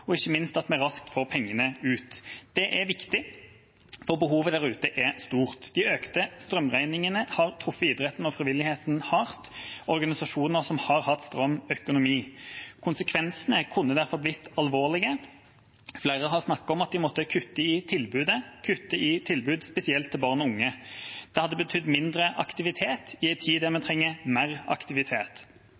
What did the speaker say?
og ikke minst at vi raskt får pengene ut. Det er viktig, for behovet der ute er stort. De økte strømregningene har truffet idretten og frivilligheten hardt, organisasjoner som har hatt stram økonomi. Konsekvensene kunne derfor blitt alvorlige. Flere har snakket om at de hadde måttet kutte i tilbudet, og spesielt i tilbud til barn og unge. Det hadde betydd mindre aktivitet i en tid da vi trenger mer aktivitet.